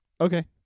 Okay